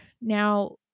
Now